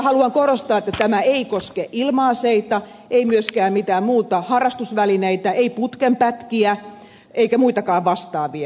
haluan korostaa että tämä ei koske ilma aseita ei myöskään mitään muita harrastusvälineitä ei putken pätkiä eikä muitakaan vastaavia